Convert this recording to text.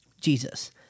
Jesus